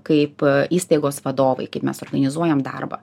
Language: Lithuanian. kaip įstaigos vadovai kaip mes organizuojam darbą